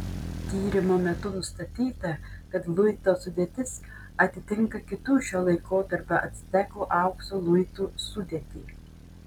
tyrimo metu nustatyta kad luito sudėtis atitinka kitų šio laikotarpio actekų aukso luitų sudėtį